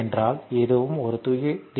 என்றால் இதுவும் ஒரு தூய டி